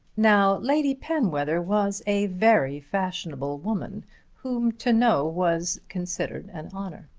now lady penwether was a very fashionable woman whom to know was considered an honour.